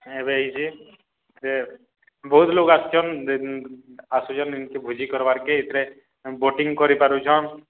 ଏବେ ହେଇଛେ ସେ ବହୁତ୍ ଲୋକ୍ ଆସୁଛନ୍ ଆସୁଚନ୍ ଭୋଜି କର୍ବାର୍କେ ଏଥିରେ ବୋଟିଂ କରିପାରୁଛନ୍